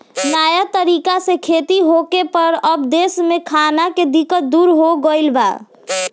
नया तरीका से खेती होखे पर अब देश में खाना के दिक्कत दूर हो गईल बा